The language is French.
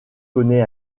connaît